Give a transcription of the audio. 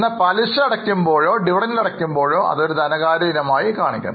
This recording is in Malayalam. എന്നാൽ പലിശ അടയ്ക്കുമ്പോഴോ ഡിവിഡൻഡ് അടയ്ക്കുമ്പോഴോ അതൊരു ധനകാര്യ ഇനമായി കാണിക്കും